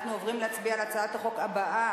אנחנו עוברים להצביע על הצעת החוק הבאה,